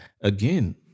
again